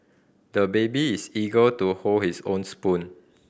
the baby is eager to hold his own spoon